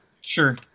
Sure